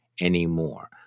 anymore